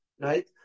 right